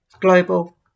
global